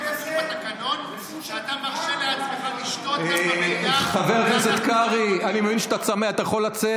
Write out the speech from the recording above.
זה כתוב בתקנון שאתה מרשה לעצמך לשתות במליאה ואנחנו לא?